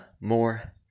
more